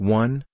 one